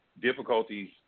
difficulties